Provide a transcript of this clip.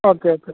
okay okay